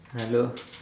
hello